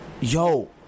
yo